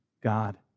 god